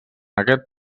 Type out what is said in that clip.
aquest